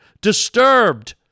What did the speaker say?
disturbed